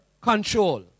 control